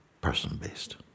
person-based